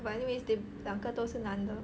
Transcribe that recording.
but anyway they 两个都是男的